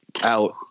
out